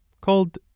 called